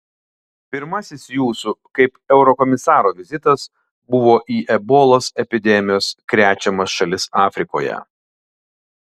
pirmasis jūsų kaip eurokomisaro vizitas buvo į ebolos epidemijos krečiamas šalis afrikoje